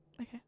Okay